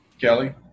kelly